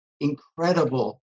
incredible